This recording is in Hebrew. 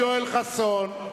חסון,